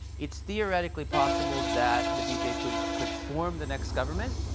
it's theoretically possible that the bjp could could form the next government,